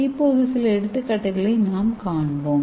இப்போது சில எடுத்துக்காட்டுகளை நாம் காண்போம்